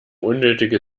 unnötige